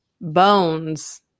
bones